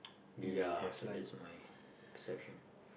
ya so that's my perception